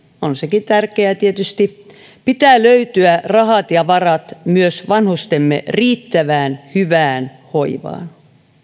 on sekin tärkeää tietysti pitää löytyä rahat ja varat myös vanhustemme riittävään hyvään hoivaan